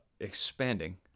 expanding